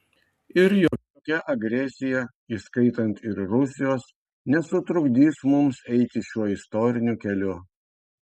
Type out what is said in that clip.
ir jokia agresija įskaitant ir rusijos nesutrukdys mums eiti šiuo istoriniu keliu